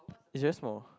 it's very small